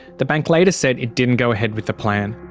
the bank later said it didn't go ahead with the plan.